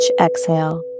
exhale